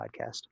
podcast